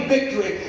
victory